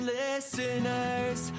listeners